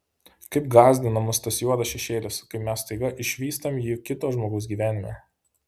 kaip gąsdina mus tas juodas šešėlis kai mes staiga išvystam jį kito žmogaus gyvenime